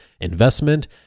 investment